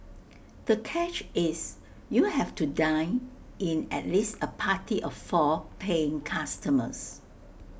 the catch is you have to dine in at least A party of four paying customers